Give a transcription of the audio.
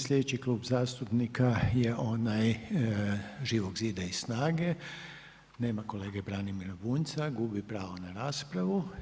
Sljedeći klub zastupnika je onaj Živog zida i SNAGA-e nema kolege Branimira Bunjca gubi pravo na raspravu.